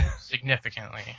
Significantly